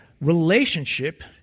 relationship